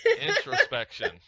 Introspection